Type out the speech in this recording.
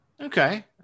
Okay